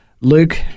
Luke